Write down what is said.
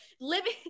living